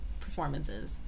performances